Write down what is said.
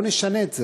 בואו נשנה את זה,